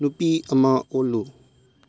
ꯅꯨꯄꯤ ꯑꯃ ꯑꯣꯜꯂꯨ